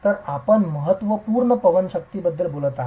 तर आपण महत्त्वपूर्ण पवन शक्ती बद्दल बोलत आहात